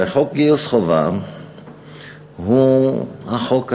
הרי חוק גיוס חובה הוא החוק השוויוני,